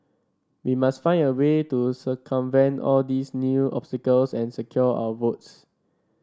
we must find a way to circumvent all these new obstacles and secure our votes